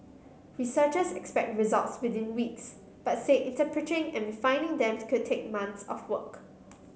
researchers expect results within weeks but say interpreting and refining them could take months of work